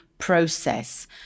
process